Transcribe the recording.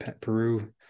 Peru